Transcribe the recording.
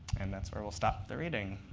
and that's where we'll stop the reading.